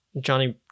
Johnny